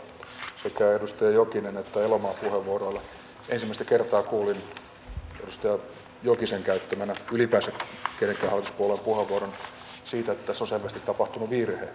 ensimmäistä kertaa kuulin edustaja jokisen käyttämänä ylipäänsä kenenkään hallituspuolueen puheenvuoron siitä että tässä olisi ilmeisesti tapahtunut virhe